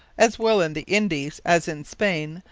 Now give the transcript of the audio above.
as well in the indies, as in spain,